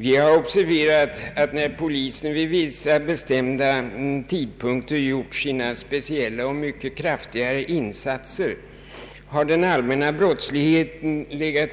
Vi har observerat att när polisen vid vissa bestämda tidpunkter gjort speciella och mycket kraftiga insatser har den allmänna brottsligheten